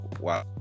Wow